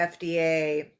FDA